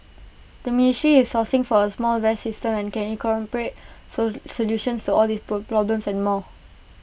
the ministry is sourcing for A smart vest system that can incorporate solutions to all these pro problems and more